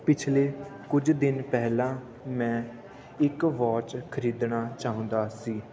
ਪਿਛਲੇ ਕੁਝ ਦਿਨ ਪਹਿਲਾਂ ਮੈਂ ਇੱਕ ਵੋਚ ਖਰੀਦਣਾ ਚਾਹੁੰਦਾ ਸੀ